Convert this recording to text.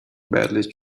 badly